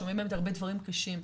שומעים הרבה דברים קשים,